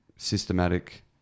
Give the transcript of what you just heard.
systematic